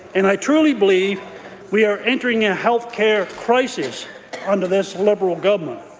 and i truly believe we are entering a health care crisis under this liberal government,